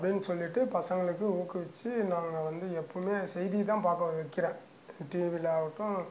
அப்படின்னு சொல்லிட்டு பசங்களுக்கு ஊக்குவித்து நாங்கள் வந்து எப்போதுமே செய்தி தான் பார்க்க வைக்கிறேன் டிவியில் ஆகட்டும்